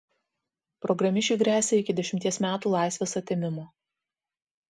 programišiui gresia iki dešimties metų laisvės atėmimo